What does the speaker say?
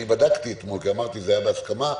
בדקתי אתמול כי שאלתי אם זה היה בהסכמה.